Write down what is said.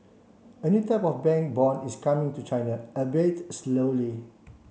a new type of bank bond is coming to China albeit slowly